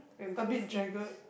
a bit jagged